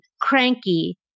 cranky